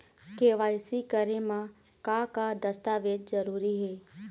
KYC करे म का का दस्तावेज जरूरी हे?